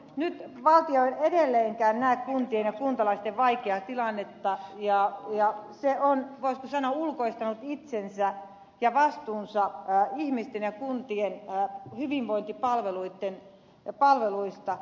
nyt valtio ei edelleenkään näe kuntien ja kuntalaisten vaikeaa tilannetta ja se on voisiko sanoa ulkoistanut itsensä ja vastuunsa ihmisten ja kuntien hyvinvointipalveluista